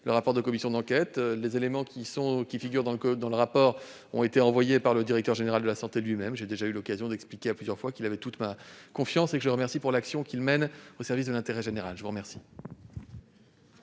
le rapport de la commission d'enquête ; les éléments qui y figurent ont été envoyés par le directeur général de la santé lui-même. J'ai eu l'occasion d'expliquer à plusieurs reprises qu'il avait toute ma confiance et je le remercie de l'action qu'il mène au service de l'intérêt général. Ce n'est